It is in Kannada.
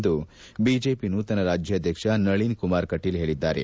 ಎಂದು ಬಿಜೆಪಿ ನೂತನ ರಾಜ್ಯಾಧ್ಯಕ್ಷ ನಳಿನ್ ಕುಮಾರ್ ಕಟೀಲ್ ಹೇಳಿದ್ದಾರೆ